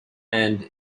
and